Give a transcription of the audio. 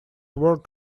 world